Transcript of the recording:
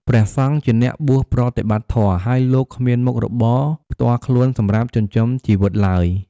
ព្រះសង្ឃជាអ្នកបួសប្រតិបត្តិធម៌ ហើយលោកគ្មានមុខរបរផ្ទាល់ខ្លួនសម្រាប់ចិញ្ចឹមជីវិតឡើយ។